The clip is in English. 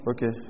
Okay